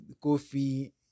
coffee